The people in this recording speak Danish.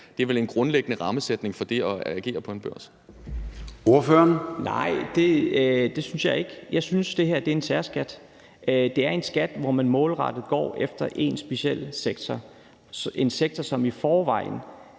(Søren Gade): Ordføreren. Kl. 11:17 Mohammad Rona (M): Nej, det synes jeg ikke. Jeg synes, det her er en særskat. Det er en skat, hvor man målrettet går efter en speciel sektor – en sektor, som i forvejen